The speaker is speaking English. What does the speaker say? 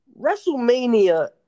WrestleMania